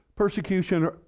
Persecution